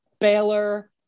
Baylor